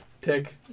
Tick